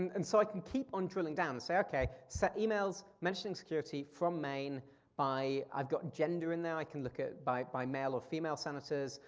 and and so i can keep on drilling down and say okay, so emails mentioning security from maine by, i've got gender and now, i can look at by by male or female senators.